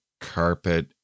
carpet